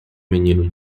menino